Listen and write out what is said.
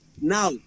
Now